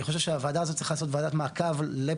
אני חושב שהוועדה הזאת צריכה לעשות ועדת מעקב לפעילות